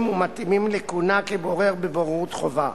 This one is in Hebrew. ומתאימים לכהונה כבורר בבוררות חובה.